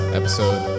episode